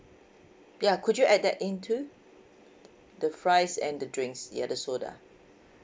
ya could you add that in too the fries and the drinks ya the soda